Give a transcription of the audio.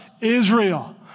Israel